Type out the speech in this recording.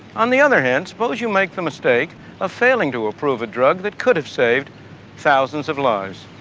on the other hand, suppose you make the mistake of failing to approve a drug that could have saved thousands of lives.